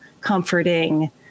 comforting